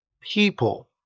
people